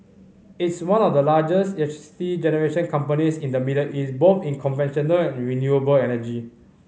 it's one of the largest electricity generation companies in the Middle East both in conventional and renewable energy